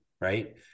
right